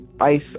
ice